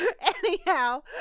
Anyhow